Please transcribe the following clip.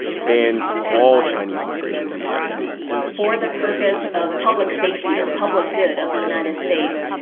banned all chinese migration to the united states for the purpose of public safety or public good of the united states,